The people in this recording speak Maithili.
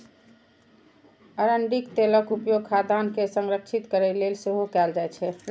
अरंडीक तेलक उपयोग खाद्यान्न के संरक्षित करै लेल सेहो कैल जाइ छै